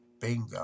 Bingo